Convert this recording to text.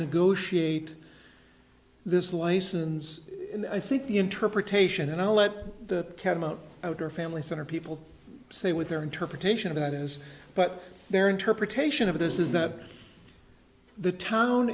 negotiate this license i think interpretation and i'll let the catamount out her family center people say with their interpretation of it is but their interpretation of this is that the town